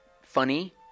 funny